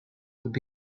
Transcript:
would